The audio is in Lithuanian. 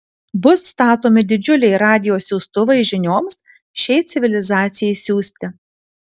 bus statomi didžiuliai radijo siųstuvai žinioms šiai civilizacijai siųsti